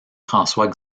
françois